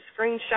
screenshot